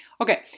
Okay